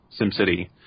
SimCity